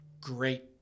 great